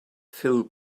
fill